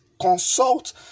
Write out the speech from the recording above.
consult